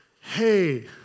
Hey